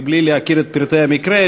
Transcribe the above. בלי להכיר את פרטי המקרה,